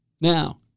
Now